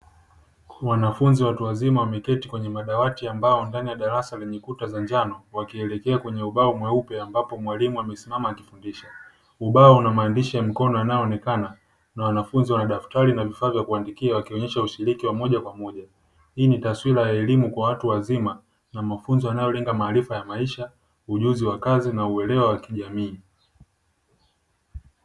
Wanafunzi watu wazima wameketi kwenye madawati ya mbao ndani ya darasa lenye kuta za njano, wakielekea kwenye ubao mweupe akmbapo mwalimu amesimama akifundisha. Ubao una maandishi ya mkono ambayo yanayoonekana na wanafunzi wana daftari na vifaa vya kuandikia wakionyesha ushiriki wa moja kwa moja, hii ni taswira ya elimu kwa watu wazima na mafunzo yanayolenga maarifa ya maisha, ujuzi wa kazi na uelewa wa kijamii.